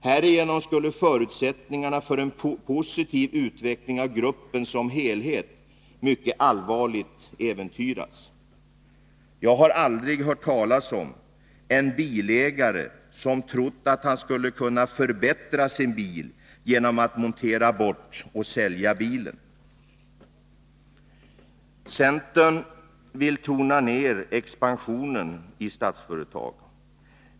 Härigenom skulle förutsättningarna för en positiv utveckling av gruppen som helhet mycket allvarligt äventyras. Jag har aldrig hört talas om en bilägare som trott att han skulle kunna förbättra sin bil genom att montera bort och sälja motorn. Centern vill tona ner expansionen i Statsföretag.